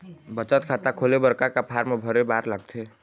बचत खाता खोले बर का का फॉर्म भरे बार लगथे?